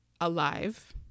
alive